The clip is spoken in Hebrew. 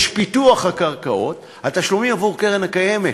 יש פיתוח קרקעות, התשלומים עבור הקרן הקיימת